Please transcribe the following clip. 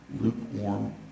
lukewarm